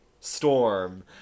storm